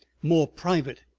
more private,